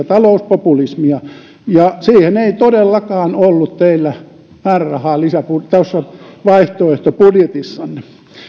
talouspopulismia ja siihen ei todellakaan ollut teillä määrärahaa tuossa vaihtoehtobudjetissanne